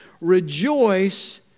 rejoice